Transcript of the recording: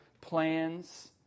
plans